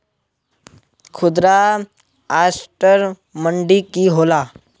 खुदरा असटर मंडी की होला?